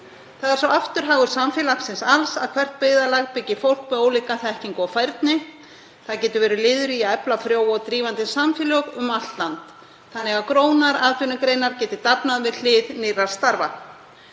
Það er svo aftur hagur samfélagsins alls að hvert byggðarlag byggi fólk með ólíka þekkingu og færni. Það getur verið liður í að efla frjó og drífandi samfélög um allt land þannig að grónar atvinnugreinar geti dafnað við hlið nýrra starfa.